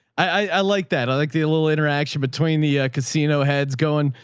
i liked that. i like the little interaction between the casino heads going,